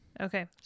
Okay